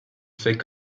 fait